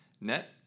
net